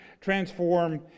transform